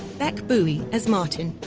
rebecca boey as martin,